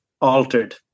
altered